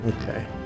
Okay